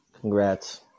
Congrats